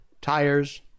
tires